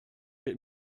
wird